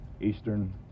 Eastern